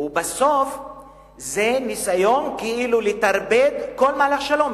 ובסוף זה ניסיון כאילו לטרפד כל מהלך שלום,